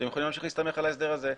ואתם יכולים להמשיך להסתמך על ההסדר הזה.